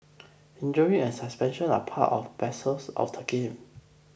injury and suspension are part of parcels of the game